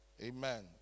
Amen